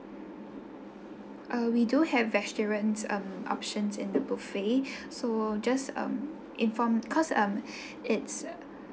uh we do have vegetarians um options in the buffet so just um informed cause um it's